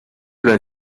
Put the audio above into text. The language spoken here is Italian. del